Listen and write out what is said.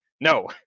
No